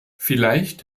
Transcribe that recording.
vielleicht